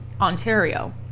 ontario